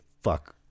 fuck